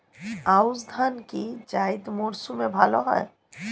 আউশ ধান কি জায়িদ মরসুমে ভালো হয়?